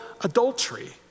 adultery